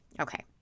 Okay